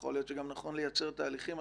יכול להיות שנכון לייצר תהליכים.